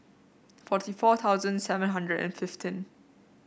forty four thousand seven hundred and fifteen